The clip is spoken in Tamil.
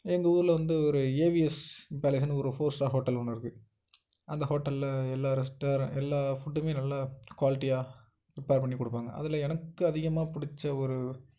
எங்கள் ஊரில் வந்து ஒரு ஏவிஎஸ் இன்பேலஸ்னு ஒரு ஃபோர் ஸ்டார் ஹோட்டல் ஒன்று இருக்குது அந்த ஹோட்டலில் எல்லா ரெஸ்டாரண்ட் எல்லா ஃபுட்டுமே நல்லா க்வாலிட்டியாக ப்ரிப்பர் பண்ணிக் கொடுப்பாங்க அதில் எனக்கு அதிகமாக பிடிச்ச ஒரு